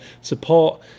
support